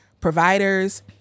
providers